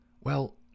Well